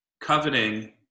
coveting